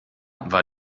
war